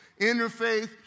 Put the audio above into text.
Interfaith